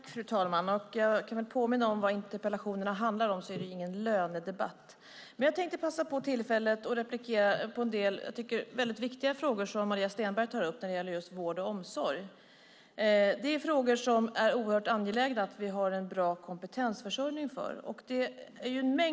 Fru talman! Om jag får påminna om vad interpellationerna handlar om så är det ingen lönedebatt. Men jag tänkte passa på tillfället och replikera på en del, som jag tycker, väldigt viktiga frågor som Maria Stenberg tar upp när det gäller vård och omsorg. Där är det oerhört angeläget att vi har en bra kompetensförsörjning.